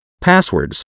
passwords